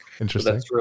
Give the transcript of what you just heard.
Interesting